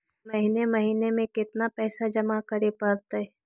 महिने महिने केतना पैसा जमा करे पड़तै?